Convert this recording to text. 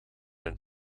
een